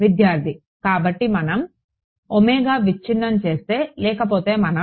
విద్యార్థి కాబట్టి మనం విచ్ఛిన్నం చేస్తే లేకపోతే మనం